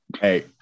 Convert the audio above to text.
Hey